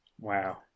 Wow